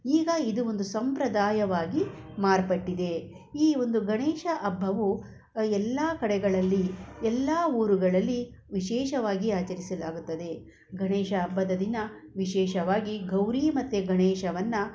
ಈಗ ಇದು ಒಂದು ಸಂಪ್ರದಾಯವಾಗಿ ಮಾರ್ಪಟ್ಟಿದೆ ಈ ಒಂದು ಗಣೇಶ ಹಬ್ಬವು ಎಲ್ಲ ಕಡೆಗಳಲ್ಲಿ ಎಲ್ಲ ಊರುಗಳಲ್ಲಿ ವಿಶೇಷವಾಗಿ ಆಚರಿಸಲಾಗುತ್ತದೆ ಗಣೇಶ ಹಬ್ಬದ ದಿನ ವಿಶೇಷವಾಗಿ ಗೌರೀ ಮತ್ತು ಗಣೇಶನನ್ನ